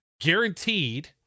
guaranteed